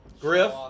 Griff